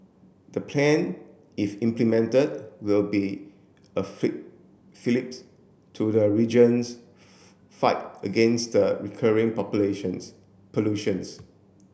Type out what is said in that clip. the plan if implemented will be a fillips to the region's fight against the recurring populations pollution